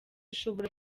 ishobora